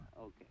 okay